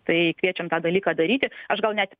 tai kviečiam tą dalyką daryti aš gal net